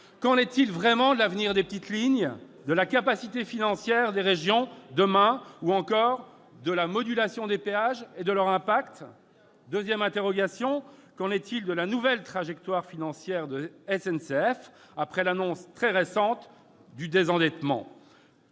Qu'en est-il vraiment de l'avenir des petites lignes, de la capacité financière des régions, ou encore de la modulation des péages et de leur impact ? Qu'en est-il de la nouvelle trajectoire financière de la SNCF après l'annonce très récente du désendettement ?